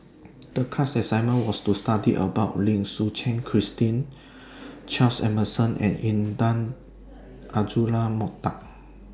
The class assignment was to study about Lim Suchen Christine Charles Emmerson and Intan Azura Mokhtar